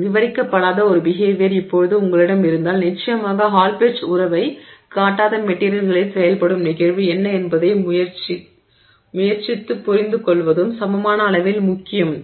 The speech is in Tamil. விவரிக்கப்படாத ஒரு பிஹேவியர் இப்போது உங்களிடம் இருந்தால் நிச்சயமாக ஹால் பெட்ச் உறவைக் காட்டாத மெட்டிரியல்களில் செயல்படும் நிகழ்வு என்ன என்பதை முயற்சித்துப் புரிந்துகொள்வதும் சமமான அளவில் முக்கியம்